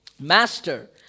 Master